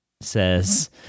says